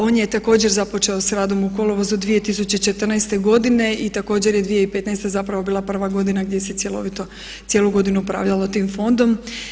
On je također započeo s radom u kolovozu 2014.godine i također je 2015. zapravo bila prva godina gdje se cjelovito, cijelu godinu upravljalo tim fondom.